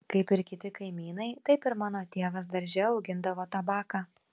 kaip ir kiti kaimynai taip ir mano tėvas darže augindavo tabaką